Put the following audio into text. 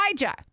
Elijah